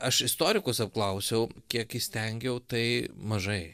aš istorikus apklausiau kiek įstengiau tai mažai